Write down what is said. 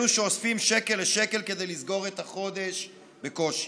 אלו שאוספים שקל לשקל כדי לסגור את החודש בקושי.